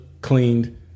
cleaned